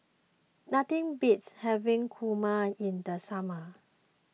nothing beats having Kurma in the summer